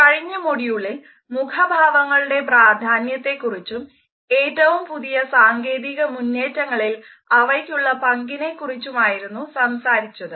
കഴിഞ്ഞ മോഡ്യൂളിൽ മുഖഭാവങ്ങളുടെ പ്രാധാന്യത്തെക്കുറിച്ചും ഏറ്റവും പുതിയ സാങ്കേതിക മുന്നേറ്റങ്ങളിൽ അവയ്ക്കുള്ള പങ്കിനെക്കുറിച്ചുമായിരുന്നു സംസാരിച്ചത്